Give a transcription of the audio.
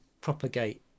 propagate